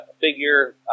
figure